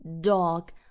dog